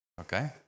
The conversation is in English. okay